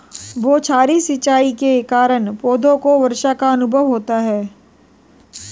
बौछारी सिंचाई के कारण पौधों को वर्षा का अनुभव होता है